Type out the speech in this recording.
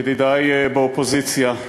ידידי באופוזיציה,